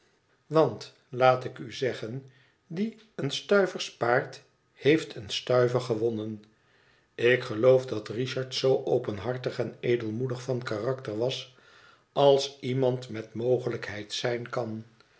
want laat ik u zeggen die een stuiver spaart heeft een stuiver gewonnen ik geloot dat richard zoo openhartig en edelmoedig van karakter was als iemand met mogelijkheid zijn kan